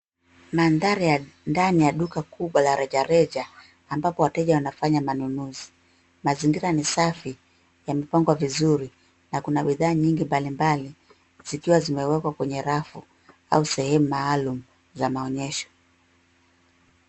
Madhari ya ndani ya duka kubwa la rejareja ambapo wateja wanafanya manunuzi. Mazingira ni safi yamepangwa vizuri na kuna bidhaa nyingi mbalimbali zikiwa zimewekwa kwenye rafu au sehemu maalum za maonyesho.